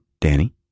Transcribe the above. Danny